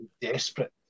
desperate